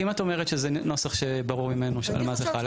אם את אומרת שזה נוסח שברור ממנו על מה זה חל,